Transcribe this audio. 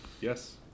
Yes